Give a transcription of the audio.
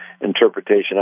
interpretation